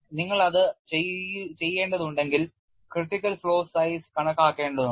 നിങ്ങൾ അത് ചെയ്യേണ്ടതുണ്ടെങ്കിൽ critical flaw size കണക്കാക്കേണ്ടതുണ്ട്